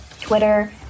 Twitter